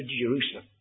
Jerusalem